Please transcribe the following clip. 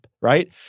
right